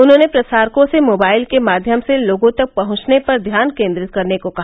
उन्होंने प्रसारकों से मोबाइल के माध्यम से लोगों तक पहुंचने पर ध्यान केन्द्रित करने को कहा